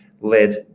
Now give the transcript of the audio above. led